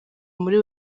muri